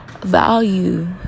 value